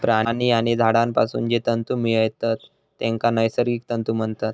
प्राणी आणि झाडांपासून जे तंतु मिळतत तेंका नैसर्गिक तंतु म्हणतत